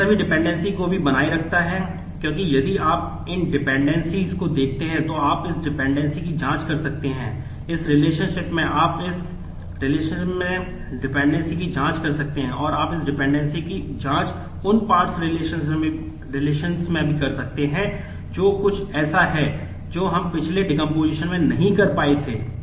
यह सभी डिपेंडेंसी में नहीं कर पाए थे